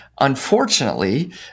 unfortunately